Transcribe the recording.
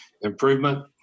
improvement